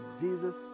Jesus